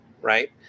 right